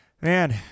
man